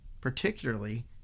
particularly